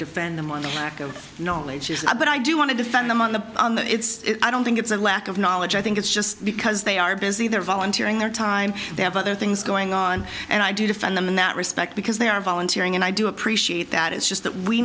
defend and among the lack of knowledge is i but i do want to defend them on the it's i don't think it's a lack of knowledge i think it's just because they are busy they're volunteering their time they have other things going on and i do defend them in that respect because they are volunteering and i do appreciate that it's just that we